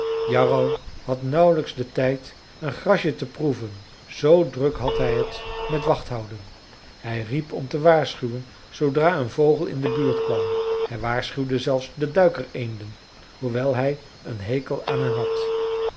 jarro had nauwelijks den tijd een grasje te proeven zoo druk had hij het met wacht houden hij riep om te waarschuwen zoodra een vogel in de buurt kwam hij waarschuwde zelfs de duikereenden hoewel hij een hekel aan hen had